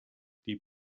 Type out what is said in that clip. die